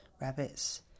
rabbits